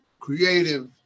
creative